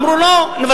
אמרו: לא.